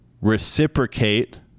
reciprocate